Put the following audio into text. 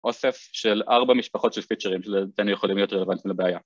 אוסף של ארבע משפחות של פיצ'רים שלדעתנו יכולים להיות רלוונטים לבעיה